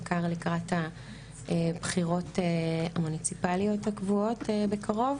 בעיקר לקראת הבחירות המוניציפליות הקבועות בקרוב.